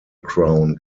crown